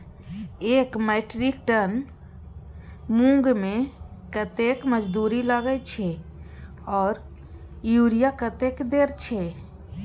एक metric ton मूंग में कतेक मजदूरी लागे छै आर यूरिया कतेक देर छै?